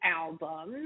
album